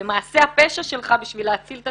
במעשה הפשע שלך בשביל להציל את